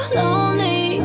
lonely